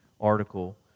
article